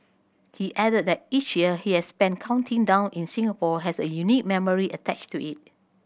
he added that each year he has spent counting down in Singapore has a unique memory attached to it